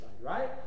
right